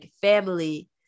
family